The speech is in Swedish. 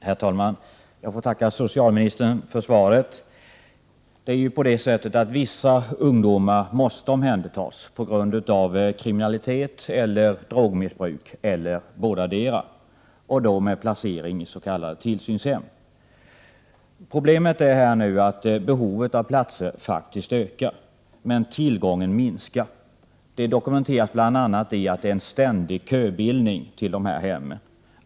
Herr talman! Jag får tacka socialministern för svaret. Vissa ungdomar måste omhändertas på grund av kriminalitet eller drogmissbruk eller bådadera och då placeras de i s.k. tillsynshem. Problemet är att behovet av platser faktiskt ökar, men tillgången minskar. Det är dokumenterat bl.a. i en ständig köbildning till dessa hem.